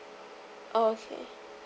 okay